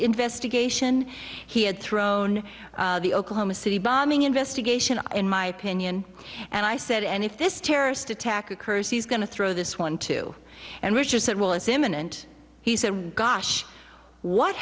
investigation he had thrown the oklahoma city bombing investigation in my opinion and i said and if this terrorist attack occurs he's going to throw this one too and richard said well as imminent he said gosh what